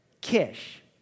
Kish